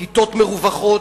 כיתות מרווחות,